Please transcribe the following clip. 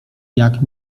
jak